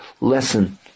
lesson